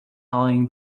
eyeing